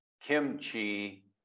kimchi